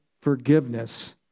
forgiveness